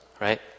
Right